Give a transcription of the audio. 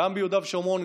גם ביהודה ושומרון,